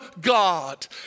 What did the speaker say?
God